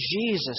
Jesus